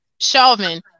Shelvin